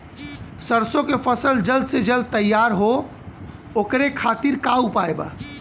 सरसो के फसल जल्द से जल्द तैयार हो ओकरे खातीर का उपाय बा?